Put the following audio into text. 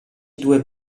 due